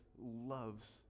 loves